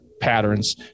patterns